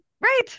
right